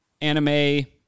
anime